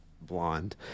Blonde